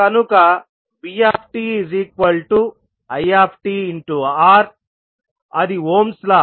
కనుక vtitR అది ohms లా